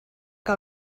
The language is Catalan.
que